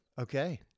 Okay